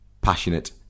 passionate